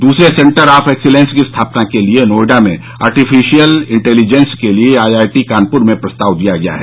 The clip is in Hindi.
दसरे सेन्टर ऑफ एक्सीलेंस की स्थापना के लिये नोएडा में आर्टिफिशियल इंटेलीजेंस के लिये आईआईटी कानपूर में प्रस्ताव दिया है